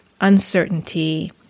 uncertainty